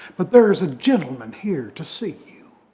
but there's a gentleman here to see you.